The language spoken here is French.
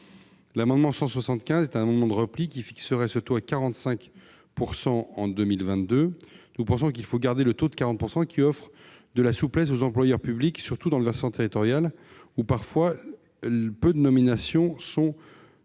L'amendement n° 175 rectifié est un amendement de repli qui fixe ce taux à 45 % en 2022. Nous pensons qu'il faut garder le taux de 40 % qui offre de la souplesse aux employeurs publics, surtout dans le versant territorial où parfois peu de nominations sont concernées.